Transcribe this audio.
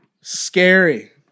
Scary